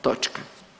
Točka.